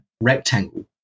rectangle